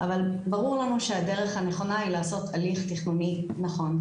אבל ברור לנו שהדרך הנכונה היא לעשות הליך תכנוני נכון.